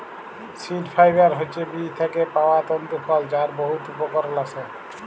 seed fibre হছে বীজ থ্যাইকে পাউয়া তল্তু ফল যার বহুত উপকরল আসে